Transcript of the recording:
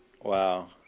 Wow